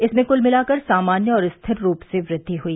इसमें कुल मिलाकर सामान्य और रिथिर रूप से वृद्वि हुई